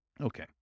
Okay